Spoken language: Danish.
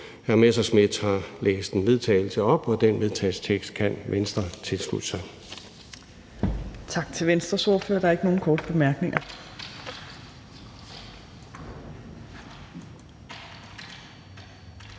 Messerschmidt har læst et forslag til vedtagelse op, og den vedtagelsestekst kan Venstre tilslutte sig.